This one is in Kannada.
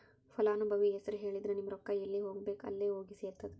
ಫಲಾನುಭವಿ ಹೆಸರು ಹೇಳಿದ್ರ ನಿಮ್ಮ ರೊಕ್ಕಾ ಎಲ್ಲಿ ಹೋಗಬೇಕ್ ಅಲ್ಲೆ ಹೋಗಿ ಸೆರ್ತದ